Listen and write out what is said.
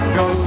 go